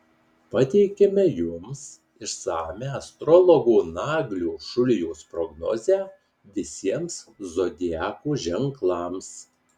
pateikiame jums išsamią astrologo naglio šulijos prognozę visiems zodiako ženklams